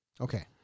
okay